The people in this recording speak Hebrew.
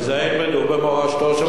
וזה ילמדו במורשתו של בגין.